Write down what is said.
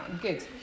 good